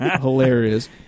hilarious